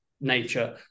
nature